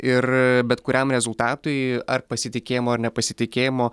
ir bet kuriam rezultatui ar pasitikėjimo ar nepasitikėjimo